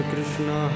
Krishna